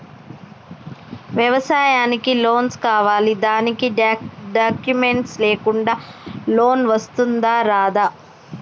వ్యవసాయానికి లోన్స్ కావాలి దానికి డాక్యుమెంట్స్ లేకుండా లోన్ వస్తుందా రాదా?